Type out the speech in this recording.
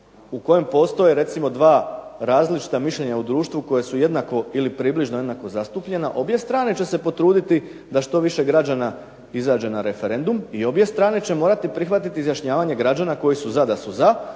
u kojem postoje recimo 2 različita mišljenja u društvu koje su jednako, ili približno jednako zastupljena, obje strane će se potruditi da što više građana izađe na referendum i obje strane će morati prihvatiti izjašnjavanje građana koji su za da su za,